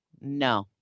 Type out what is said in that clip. no